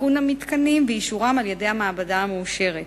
תיקון המתקנים ואישורם על-ידי המעבדה המאושרת.